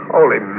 Holy